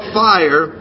fire